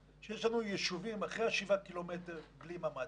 שיש לנו יישובים אחרי השבעה קילומטר בלי ממ"ד.